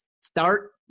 start